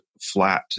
flat